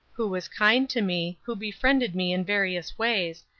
who was kind to me, who befriended me in various ways,